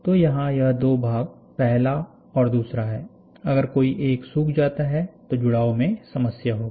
तो यहां यह दो भाग पहला और दूसरा है अगर कोई एक सूख जाता है तो जुड़ाव में समस्या होगी